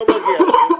לא מגיע לכם,